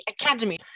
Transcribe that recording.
Academy